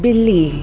ॿिली